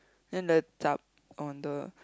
then the on the